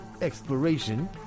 exploration